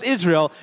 Israel